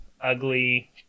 ugly